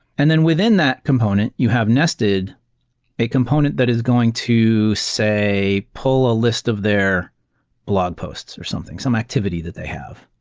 and then within that component, you have nested a component that is going to say, pull a list of their blog posts, or something. some activity that they have,